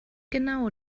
genau